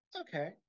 okay